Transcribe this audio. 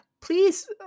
please